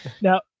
Now